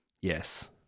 Yes